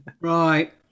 Right